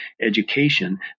education